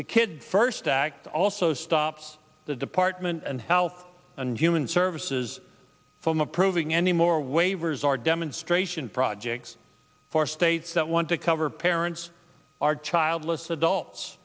the kids first act also stops the department and help and human services from approving anymore waivers are demonstration projects for states that want to cover parents are childless adults